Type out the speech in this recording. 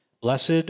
blessed